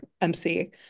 MC